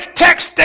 texting